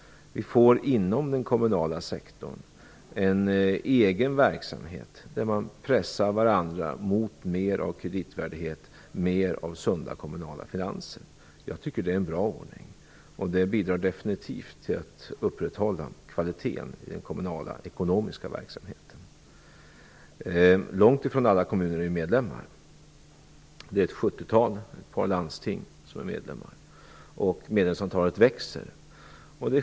Vi får inom den kommunala sektorn en egen verksamhet där man pressar varandra mot mer av kreditvärdighet och mer av sunda kommunala finanser. Jag tycker att det är en bra ordning, och den bidrar definitivt till att upprätthålla kvaliteten i den kommunala ekonomiska verksamheten. Långt ifrån alla kommuner är medlemmar. Det är ett sjuttiotal - ett par landsting - som är medlemmar. Medlemsantalet växer.